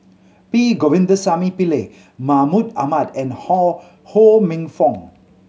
P Govindasamy Pillai Mahmud Ahmad and Ho Ho Minfong